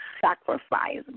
sacrifice